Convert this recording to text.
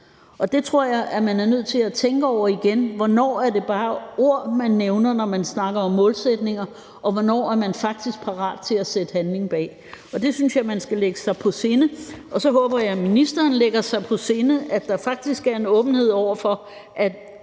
Det tror jeg man er nødt til at tænke over igen. Hvornår er det bare ord, man nævner, når man snakker om målsætninger, og hvornår er man faktisk parat til at sætte handling bag? Det synes jeg man skal lægge sig på sinde, og så håber jeg, at ministeren lægger sig på sinde, at der faktisk er en åbenhed over for, at